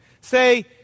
Say